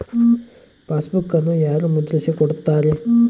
ಪಾಸ್ಬುಕನ್ನು ಯಾರು ಮುದ್ರಿಸಿ ಕೊಡುತ್ತಾರೆ?